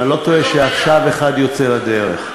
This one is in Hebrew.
אם אני לא טועה, עכשיו אחד יוצא לדרך.